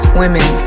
women